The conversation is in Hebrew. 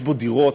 יש בו דירות,